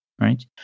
right